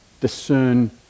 discern